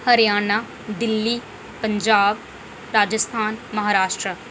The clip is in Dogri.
हरियाणा दिल्ली पंजाब राजस्थान महाराष्ट्र